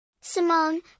Simone